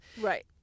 Right